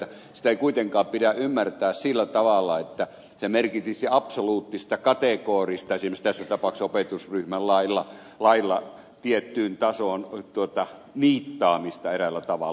sitä ei kuitenkaan pidä ymmärtää sillä tavalla että se merkitsisi absoluuttista kategorista esimerkiksi tässä tapauksessa opetusryhmän lailla tiettyyn tasoon niittaamista eräällä tavalla